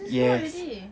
yes